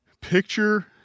picture